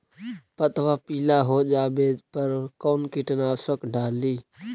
पतबा पिला हो जाबे पर कौन कीटनाशक डाली?